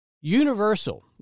Universal